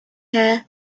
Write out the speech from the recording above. her